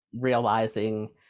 realizing